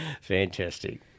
Fantastic